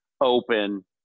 open